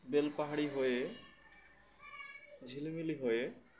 বেলপাহাড়ি হয়ে ঝিলমিলি হয়ে